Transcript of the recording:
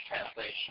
translation